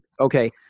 Okay